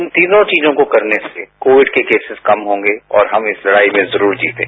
इन तीनों चीजों को करने से कोविड के केसेज कम होंगे और हम इस लड़ाई में जरूर जीतेंगे